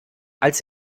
als